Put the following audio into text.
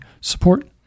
support